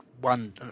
one